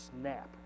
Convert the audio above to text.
snap